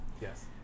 yes